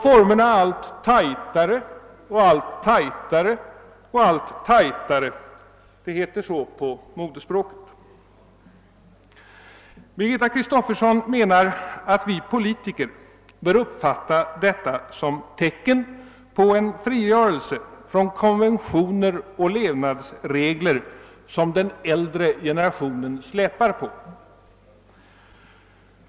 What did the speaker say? Formerna blev allt »tajtare», allt »tajtare» och allt »tajtare» — det heter så på modespråket. Birgitta Kristoffersson menar att vi politiker bör uppfatta detta som tecken på en frigörelse från konventioner och levnadsregler, som den äldre generatio nen släpar på.